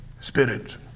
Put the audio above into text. Spirit